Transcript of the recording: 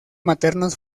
maternos